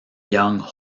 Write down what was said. young